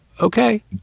Okay